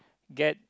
get